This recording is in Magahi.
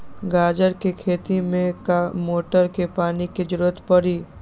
गाजर के खेती में का मोटर के पानी के ज़रूरत परी?